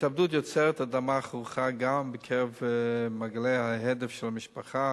התאבדות יוצרת אדמה חרוכה גם בקרב מעגלי ההדף של המשפחה,